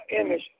Image